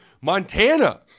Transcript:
Montana